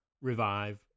revive